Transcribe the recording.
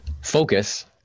Focus